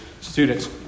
students